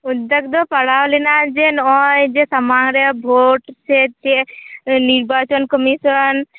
ᱚᱫᱷᱮᱠᱫᱚ ᱯᱟᱲᱟᱣ ᱞᱮᱱᱟ ᱡᱮ ᱱᱚᱜᱼᱚᱭ ᱡᱮ ᱥᱟᱢᱟᱝᱨᱮ ᱵᱷᱚᱹᱴ ᱥᱮ ᱪᱮᱫ ᱱᱤᱨᱵᱟᱪᱚᱱ ᱠᱚᱢᱤᱥᱚᱱ